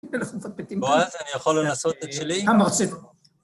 בועז אני יכול לנסות את שלי?